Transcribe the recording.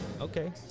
Okay